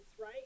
right